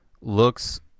looks